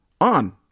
On